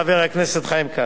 חבר הכנסת חיים כץ.